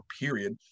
period